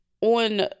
on